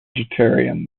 vegetarian